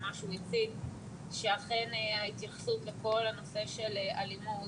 אכן, ההתייחסות לנושא האלימות